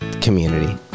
community